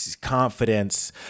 confidence